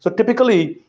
but typically,